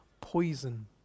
poison